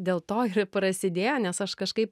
dėl to ir prasidėjo nes aš kažkaip